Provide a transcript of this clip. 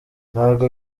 ntabwo